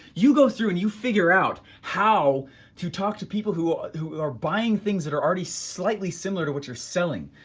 you go through and you figure out how to talk to people who are are buying things that are already slightly similar to what you're selling,